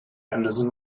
anderson